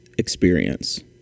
experience